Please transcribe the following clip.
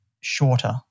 shorter